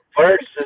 versus